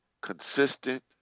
consistent